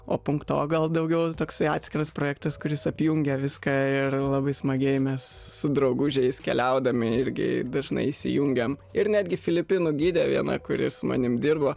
o punkto gal daugiau toksai atskiras projektas kuris apjungia viską ir labai smagiai mes su draugužiais keliaudami irgi dažnai įsijungiam ir netgi filipinų gidė viena kuri su manim dirbo